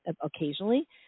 occasionally